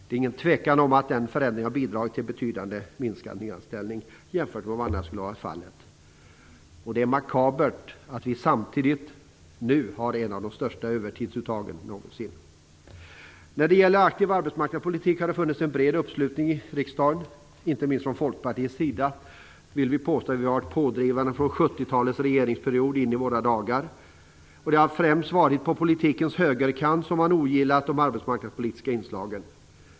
Det är ingen tvekan om att den förändringen har bidragit till betydligt minskad nyanställning jämfört med vad som annars skulle ha varit fallet. Det är makabert att vi nu samtidigt har ett av de största övertidsuttagen någonsin. När det gäller en aktiv arbetsmarknadspolitik har det funnits en bred uppslutning i riksdagen. Inte minst från Folkpartiets sida vill vi påstå att vi har varit pådrivande alltifrån 70-talets regeringsperiod in i våra dagar. Det är främst på politikens högerkant som man har ogillat de arbetsmarknadspolitiska inslagen.